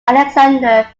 alexander